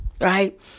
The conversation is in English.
right